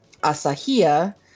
Asahia